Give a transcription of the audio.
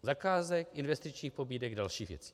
Zakázek, investičních pobídek, dalších věcí.